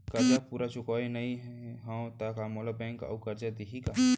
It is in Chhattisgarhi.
करजा पूरा चुकोय नई हव त मोला बैंक अऊ करजा दिही का?